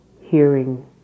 hearing